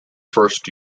first